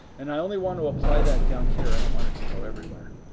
and i only want to apply that down here i don't want it to go everywhere.